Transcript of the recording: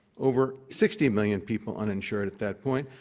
over sixty million people uninsured at that point,